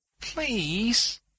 Please